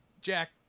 Jack